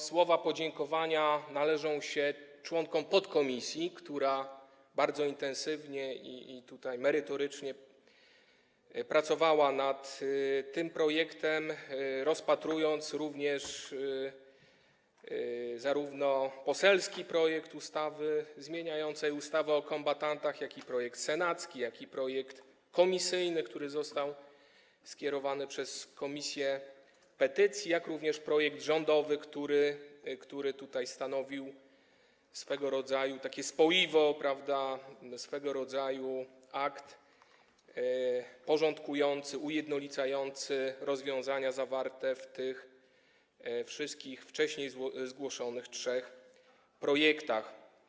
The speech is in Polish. Słowa podziękowania należą się członkom podkomisji, która bardzo intensywnie i merytorycznie pracowała nad tym projektem, rozpatrując zarówno poselski projekt ustawy zmieniającej ustawę o kombatantach, jak i projekt senacki, jak i projekt komisyjny, który został skierowany przez Komisję do Spraw Petycji, jak również projekt rządowy, który stanowił swego rodzaju spoiwo, swego rodzaju akt porządkujący, ujednolicający rozwiązania zawarte we wszystkich wcześniej zgłoszonych trzech projektach.